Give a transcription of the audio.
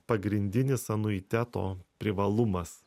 pagrindinis anuiteto privalumas